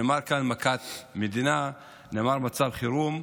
נאמר כאן מכת מדינה, נאמר מצב חירום.